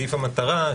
סעיף המטרה,